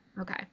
Okay